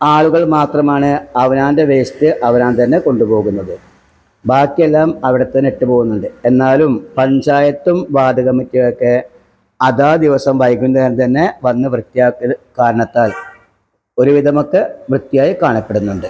ആളുകൾ മാത്രമാണ് അവനവൻ്റെ വേസ്റ്റ് അവനവൻ തന്നെ കൊണ്ടുപോകുന്നത് ബാക്കിയെല്ലാം അവിടെ തന്നെയിട്ട് പോകുന്നുണ്ട് എന്നാലും പഞ്ചായത്തും വാർഡ് കമ്മിറ്റിയൊക്കെ അതാത് ദിവസം വൈകുന്നേരംതന്നെ വന്ന് വൃത്തിയാക്കൽ കാരണത്താൽ ഒരുവിധമൊക്കെ വൃത്തിയായി കാണപ്പെടുന്നുണ്ട്